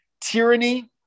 Tyranny